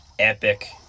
epic